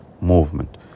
movement